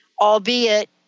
albeit